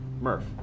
Murph